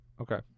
Okay